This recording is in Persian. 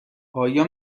آیا